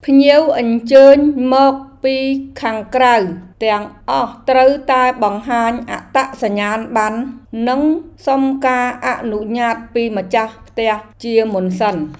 ភ្ញៀវអញ្ជើញមកពីខាងក្រៅទាំងអស់ត្រូវតែបង្ហាញអត្តសញ្ញាណប័ណ្ណនិងសុំការអនុញ្ញាតពីម្ចាស់ផ្ទះជាមុនសិន។